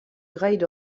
graet